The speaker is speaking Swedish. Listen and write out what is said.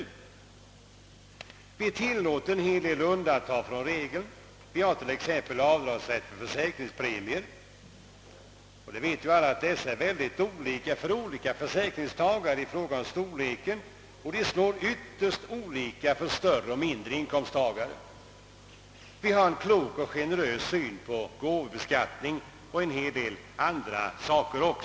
Vi tillåter en hel del undantag från regeln. Vi har t.ex. avdragsrätt för försäkringspremier, och alla vet ju att dessa i fråga om storlek är mycket olika för olika försäkringstagare och att de gynnar större och mindre inkomsttagare ytterst olika.